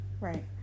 right